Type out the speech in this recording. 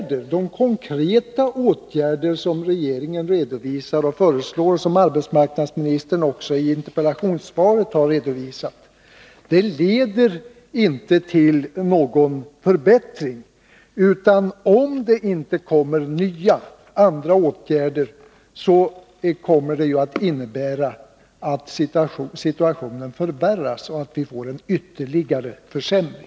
De konkreta åtgärder som regeringen redovisar och föreslår, och som arbetsmarknadsministern också i interpellationssvaret har redovisat, leder inte till någon förbättring. Om det inte vidtas nya åtgärder kommer det att innebära att situationen förvärras och vi får en ytterligare försämring.